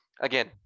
again